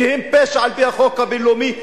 שהן פשע על-פי החוק הבין-לאומי,